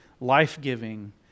life-giving